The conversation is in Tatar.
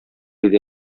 иде